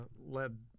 led